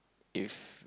if